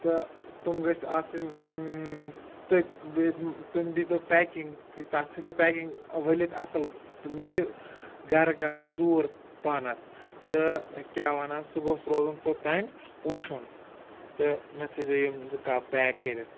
تہٕ تم گٔژھۍ آسٕنۍ تٔتۍ تم دیٖتو پیکِنٛگ تَتھ تھٔےتو پیکِنٛگ ؤلِتھ اَصٕل تہٕ مےٚ چھِ گَرٕ گژھُن دوٗر پہنَتھ تہٕ کیٛاہ وَنان سُہ گوٚژھ روزُن توٚتانۍ وُشُن تہٕ مےٚ تھٔےزیو یِم زٕ کَپ پیک کٔرِتھ